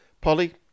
Polly